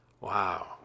Wow